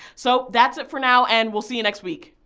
so that's it for now and we'll see you next week.